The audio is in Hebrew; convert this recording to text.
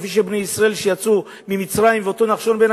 כפי שבני ישראל שיצאו ממצרים ואותו נחשון בן